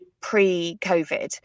pre-COVID